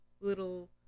little